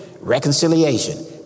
reconciliation